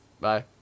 Bye